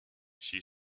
she